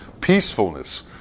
Peacefulness